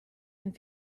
and